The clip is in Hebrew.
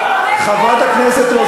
רבה.